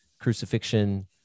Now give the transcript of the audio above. crucifixion